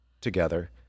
together